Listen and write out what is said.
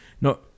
No